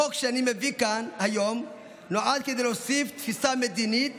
החוק שאני מביא כאן היום נועד להוסיף תפיסה מדינית